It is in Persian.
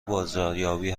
بازاریابی